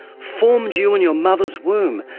formed you in your mother's womb,